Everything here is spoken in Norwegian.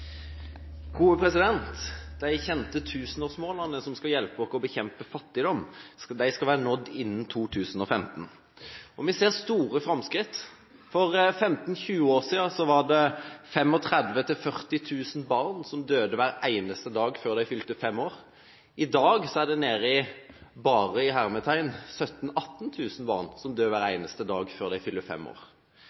De kjente tusenårsmålene, som skal hjelpe oss med å bekjempe fattigdom, skal være nådd innen 2015, og vi ser store framskritt. For 15–20 år siden var det 35 000–40 000 barn som døde hver eneste dag før de fylte fem år. I dag er tallet nede i «bare» 17 000–18 000 barn som dør hver eneste dag før de fyller fem år.